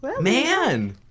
Man